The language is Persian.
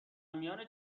میان